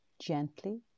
gently